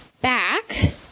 back